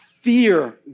Fear